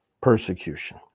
persecution